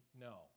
No